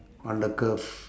on the curve